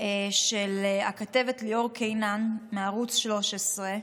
של הכתבת ליאור קינן מערוץ 13,